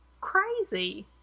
crazy